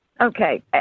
okay